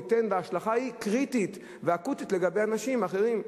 וההשלכה היא קריטית ואקוטית לגבי אנשים אחרים.